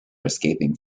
escaping